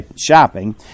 shopping